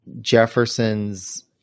Jefferson's